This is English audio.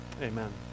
Amen